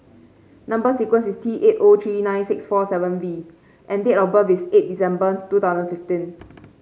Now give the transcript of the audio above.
number sequence is T eight O three nine six four seven V and date of birth is eight December two thousand fifteen